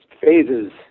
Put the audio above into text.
phases